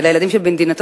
אלה הילדים שבמדינתנו,